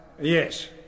Yes